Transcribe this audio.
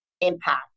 impact